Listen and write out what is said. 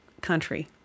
country